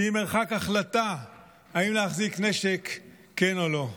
שהיא במרחק החלטה אם להחזיק נשק, כן או לא.